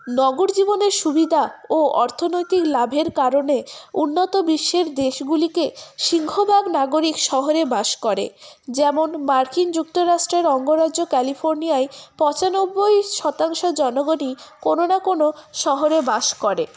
নগর জীবনের সুবিধা ও অর্থনৈতিক লাভের কারণে উন্নত বিশ্বের দেশগুলিকে সিংহভাগ নাগরিক শহরে বাস করে যেমন মার্কিন যুক্তরাষ্ট্রের অঙ্গরাজ্য ক্যালিফোর্নিয়ায় পঁচানব্বই শতাংশ জনগণই কোনও না কোনও শহরে বাস করে